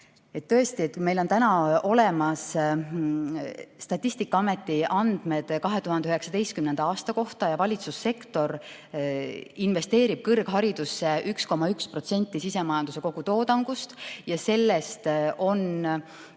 Tõesti, meil on täna olemas Statistikaameti andmed 2019. aasta kohta. Valitsussektor investeerib kõrgharidusse 1,1% sisemajanduse kogutoodangust ja sellest pea